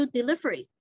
delivery